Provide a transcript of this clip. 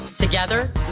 Together